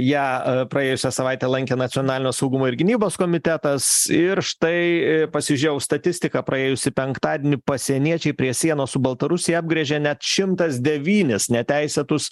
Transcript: ją praėjusią savaitę lankė nacionalinio saugumo ir gynybos komitetas ir štai pasižėjau statistiką praėjusį penktadienį pasieniečiai prie sienos su baltarusija apgręžė net šimtas devynis neteisėtus